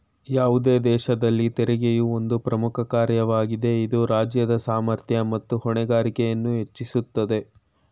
ಯಾವುದೇ ದೇಶದಲ್ಲಿ ತೆರಿಗೆಯು ಒಂದು ಪ್ರಮುಖ ಕಾರ್ಯವಾಗಿದೆ ಇದು ರಾಜ್ಯದ ಸಾಮರ್ಥ್ಯ ಮತ್ತು ಹೊಣೆಗಾರಿಕೆಯನ್ನು ಹೆಚ್ಚಿಸುತ್ತದೆ